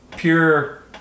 Pure